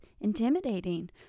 intimidating